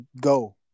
Go